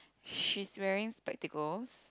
she's wearing spectacles